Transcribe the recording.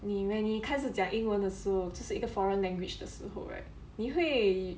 你 when 你开始讲英文的时候就是一个 foreign language 的时候 right 你会